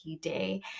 day